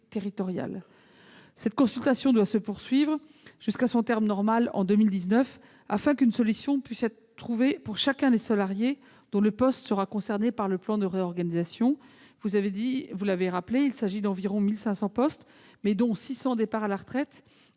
Cette consultation doit pouvoir se poursuivre jusqu'à son terme normal, en 2019, afin qu'une solution puisse être trouvée pour chacun des salariés dont le poste sera concerné par le plan de réorganisation. Vous l'avez rappelé, environ 1 500 postes sont concernés, mais cela comprend 600 départs à la retraite.